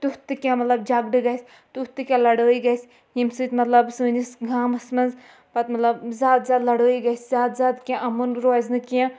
تیُتھ تہِ کینٛہہ مطلب جَگڑٕ گژھِ تیُتھ تہِ کینٛہہ لڑٲے گژھِ ییٚمہِ سۭتۍ مطلب سٲنِس گامَس منٛز پَتہٕ مطلب زیادٕ زیادٕ لڑٲے گژھِ زیادٕ زیادٕ کینٛہہ اَمُن روزِ نہٕ کینٛہہ